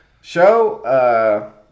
show